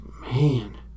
Man